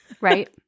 Right